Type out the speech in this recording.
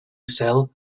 cell